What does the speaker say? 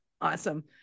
Awesome